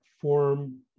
form